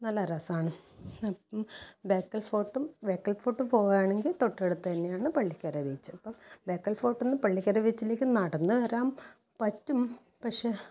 നല്ല രസമാണ് ബേക്കൽ ഫോർട്ടും ബേക്കൽ ഫോർട്ട് പോകുവാണെങ്കിൽ തൊട്ടടുത്ത് തന്നെയാണ് പള്ളിക്കര ബീച്ചും അപ്പോൾ ബേക്കൽ ഫോർട്ടിൽ നിന്ന് പള്ളിക്കര ബീച്ചിലേക്ക് നടന്ന് വരാം പറ്റും പക്ഷേ